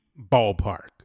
ballpark